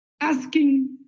asking